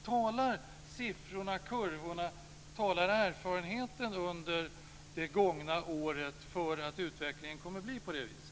Talar siffrorna, kurvorna, och erfarenheten under det gångna året för att utvecklingen kommer att bli på det sättet?